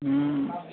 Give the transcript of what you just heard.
ہوں